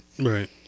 Right